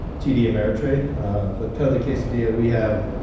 td ameritrade but cuddly quesadilla we have.